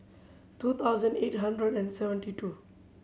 two thousand eight hundred and seventy two